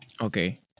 Okay